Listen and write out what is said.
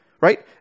Right